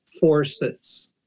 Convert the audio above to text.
forces